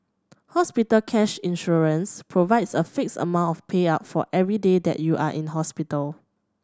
hospital cash insurance provides a fixed amount of payout for every day that you are in hospital